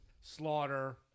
slaughter